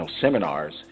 seminars